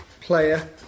player